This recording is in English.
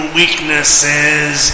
weaknesses